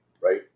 Right